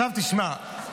עכשיו תשמע,